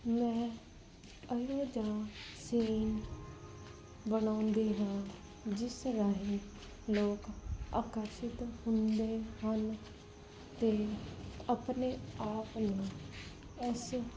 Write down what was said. ਮੈਂ ਇਹੋ ਜਿਹਾ ਸੇਮ ਬਣਾਉਂਦੀ ਹਾਂ ਜਿਸ ਰਾਹੀਂ ਲੋਕ ਆਕਰਸ਼ਿਤ ਹੁੰਦੇ ਹਨ ਅਤੇ ਆਪਣੇ ਆਪ ਨੂੰ ਇਸ